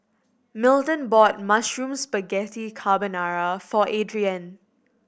Milton bought Mushroom Spaghetti Carbonara for Adriene